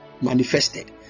manifested